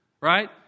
right